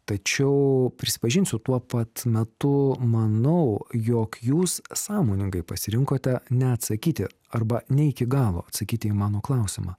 tačiau prisipažinsiu tuo pat metu manau jog jūs sąmoningai pasirinkote neatsakyti arba ne iki galo atsakyti į mano klausimą